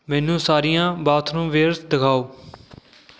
ਮੈਨੂੰ ਸਾਰੀਆਂ bathroom wares ਦਿਖਾਓ